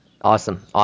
Awesome